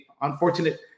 unfortunate